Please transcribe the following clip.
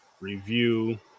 review